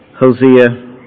Hosea